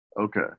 Okay